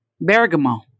Bergamo